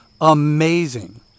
amazing